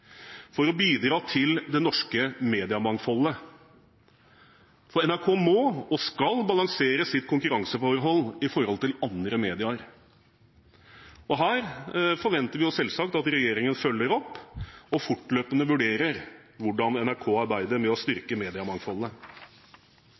for å bidra til det norske mediemangfoldet. For NRK må, og skal, balansere sitt konkurranseforhold til andre medier. Og her forventer vi selvsagt at regjeringen følger opp og fortløpende vurderer hvordan NRK arbeider med å